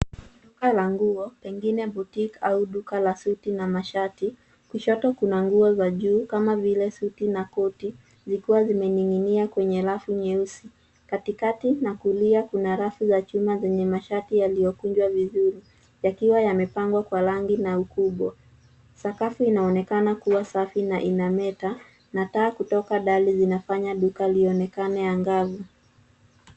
Duka la nguo pengine boutique au duka la suti na mashati. Kushoto kuna nguo za juu kama vile suti na koti zikiwa zimening'inia kwenye rafu nyeusi. Katikati na kulia kuna rafu za chuma zenye mashati yaliyokunjwa vizuri yakiwa yamepangwa kwa rangi na ukubwa. Sakafu inaonekana kuwa safi na inameta na taa kutoka dari zinafanya duka lionekane angavu.